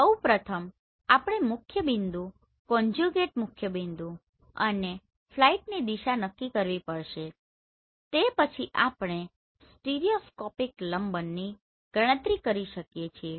સૌપ્રથમ આપણે મુખ્યબિંદુ કોન્જ્યુગેટ મુખ્યબિંદુ અને ફ્લાઈટની દિશા નક્કી કરવી પડશે તે પછી આપણે સ્ટીરિયોસ્કોપિક લંબનની ગણતરી કરી શકીએ છીએ